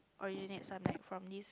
originates from like from this